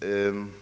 Men